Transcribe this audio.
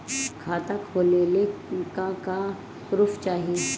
खाता खोलले का का प्रूफ चाही?